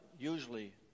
usually